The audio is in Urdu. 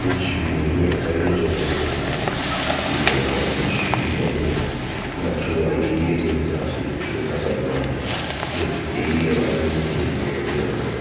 کچھ بھی نہیں ہے پہلے جو رہتے تھے گراؤنڈس آج کی پیریڈس میں تو کچھ بھی نہیں ہے ورسوا ایریے کے حساب سے ایک چھوٹا سا گراؤنڈ ہے جو ایریے والے ہی کھیل لیتے ہم لوگ